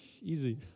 easy